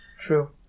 True